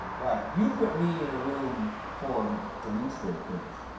like you put me in a room for three straight days,